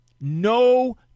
No